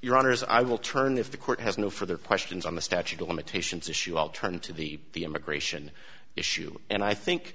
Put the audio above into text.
your honor as i will turn if the court has no for their questions on the statute of limitations issue all turned to be the immigration issue and i think